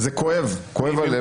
וזה כואב, כואב הלב.